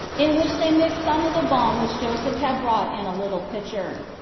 in which they mixed some of the balm which joseph had brought in a little pitcher.